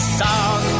song